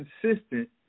consistent